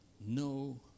No